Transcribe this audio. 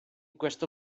questo